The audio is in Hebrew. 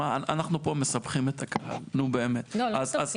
שקיות עבות מניילון אי אפשר.